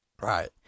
Right